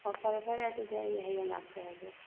ꯑꯣ ꯐꯔꯦ ꯐꯔꯦ ꯑꯗꯨꯗꯤ ꯑꯩ ꯍꯌꯦꯡ ꯂꯥꯛꯆꯔꯒꯦ